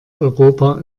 europa